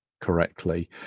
correctly